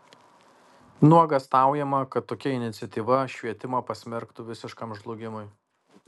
nuogąstaujama kad tokia iniciatyva švietimą pasmerktų visiškam žlugimui